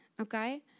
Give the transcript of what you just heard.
Okay